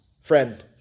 friend